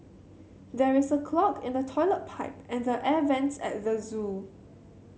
there is a clog in the toilet pipe and the air vents at the zoo